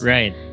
Right